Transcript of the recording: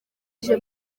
ije